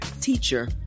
teacher